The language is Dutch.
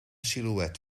silhouet